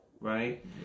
Right